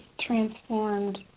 transformed